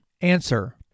Answer